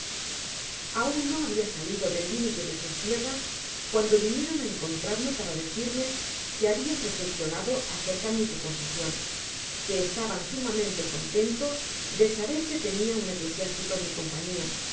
aun no habia salido del límite de sus tierras cuando vinieron á encontrarme para decirme que habia reflexionado acerca mi preposicion que estaban sumamente contentos de saber que tenia un eclesiástico en mi compañía